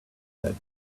said